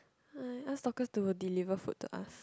I ask Dorcas to were deliver food to us